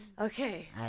Okay